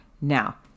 Now